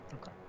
Okay